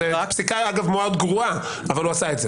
אגב, פסיקה מאוד גרועה אבל הוא עשה את זה.